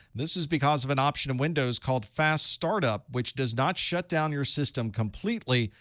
this is because of an option in windows called fast startup, which does not shut down your system completely,